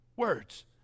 words